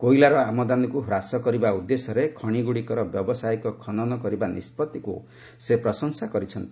କୋଇଲାର ଆମଦାନୀକୁ ହ୍ରାସ କରିବା ଉଦ୍ଦେଶ୍ୟରେ ଖଶିଗୁଡ଼ିକର ବ୍ୟାବସାୟିକ ଖନନ କରିବା ନିଷ୍ପଭିକୁ ସେ ପ୍ରଶଂସା କରିଛନ୍ତି